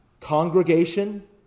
congregation